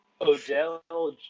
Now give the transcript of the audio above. Odell